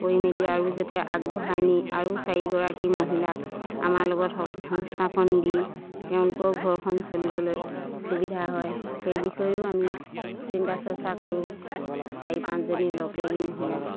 কৰি মেলি আৰু যাতে আগবঢ়াই নি আৰু চাৰিগৰাকী মহিলাক আমাৰ লগত সংস্থাপন দি তেওঁলোকৰ ঘৰখন চলিবলৈ সুবিধা হয় সেই বিষয়েও আমি চিন্তা চৰ্চা কৰোঁ চাৰি পাঁচজনী লগ লাগি মহিলাই